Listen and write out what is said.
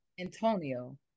antonio